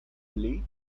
early